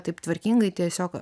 taip tvarkingai tiesiog